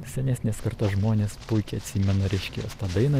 senesnės kartos žmonės puikiai atsimena reiškias tą dainą